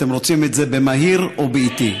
אתם רוצים את זה במהיר או באיטי?